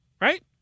right